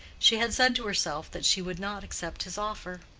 she had said to herself that she would not accept his offer.